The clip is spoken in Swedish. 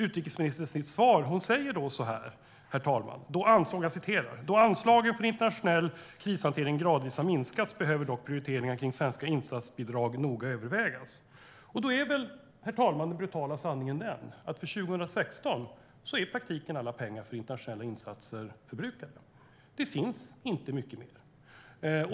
Utrikesministern svarade: "Då anslagen för internationell krishantering gradvis har minskats behöver dock prioriteringarna kring svenska insatsbidrag noga övervägas." Herr talman! Den brutala sanningen är att för 2016 är i praktiken alla pengar för internationella insatser förbrukade. Det finns inte mycket mer.